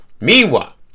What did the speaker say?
Meanwhile